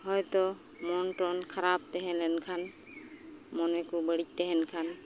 ᱦᱚᱭᱛᱚ ᱢᱚᱱᱴᱚᱱ ᱠᱷᱟᱨᱟᱯ ᱛᱮᱦᱮᱸ ᱞᱮᱱᱠᱷᱟᱱ ᱢᱚᱱᱮᱠᱚ ᱵᱟᱹᱲᱤᱡ ᱛᱟᱦᱮᱱᱠᱷᱟᱱ